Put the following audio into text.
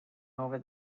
over